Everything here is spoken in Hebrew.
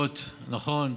פעם זה דירות, נכון.